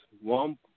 One